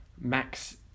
Max